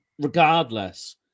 regardless